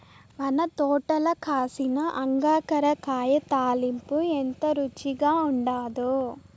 మన తోటల కాసిన అంగాకర కాయ తాలింపు ఎంత రుచిగా ఉండాదో